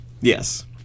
Yes